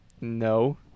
No